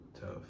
tough